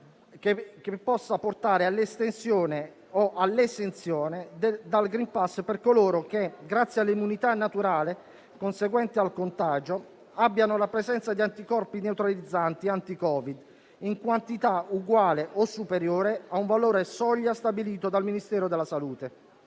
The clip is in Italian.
che possa portare all'estensione o all'esenzione dal *green pass* per coloro che, grazie all'immunità naturale conseguente al contagio, abbiano la presenza di anticorpi neutralizzanti anti-Covid in quantità uguale o superiore a un valore soglia stabilito dal Ministero della salute.